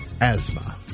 asthma